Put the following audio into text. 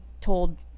told